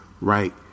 right